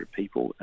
people